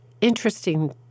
interesting